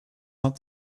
not